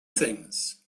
things